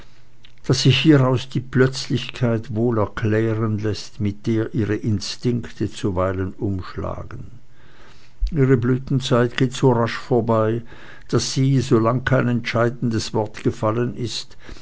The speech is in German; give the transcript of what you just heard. daß sich hieraus die plötzlichkeit wohl erklären läßt mit der ihre instinkte zuweilen umschlagen ihre blütenzeit geht so rasch vorbei daß sie solang kein entscheidendes wort gefallen ist